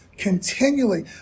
continually